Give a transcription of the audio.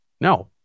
No